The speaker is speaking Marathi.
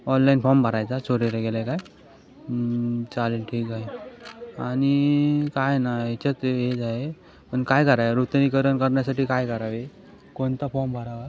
ऑनलाईन फॉम भरायचा चोरीला गेला आहे काय चालेल ठीक आहे आणि काय आहे ना याच्यात पण काय करावं यार नूतनीकरण करण्यासाठी काय करावे कोणता फॉम भरावा